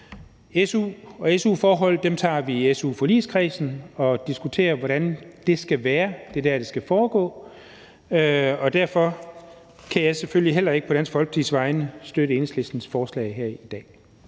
su og su-forhold tager vi i su-forligskredsen, og der diskuterer vi, hvordan de skal være. Det er der, det skal foregå, og derfor kan jeg selvfølgelig heller ikke på Dansk Folkepartis vegne støtte Enhedslistens forslag her i dag.